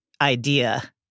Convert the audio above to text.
idea